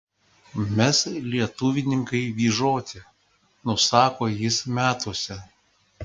mes lietuvninkai vyžoti nusako jis metuose